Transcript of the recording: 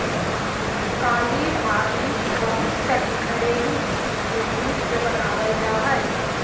कालीन आदि बहुत सनी घरेलू चीज के जूट से बनावल जा हइ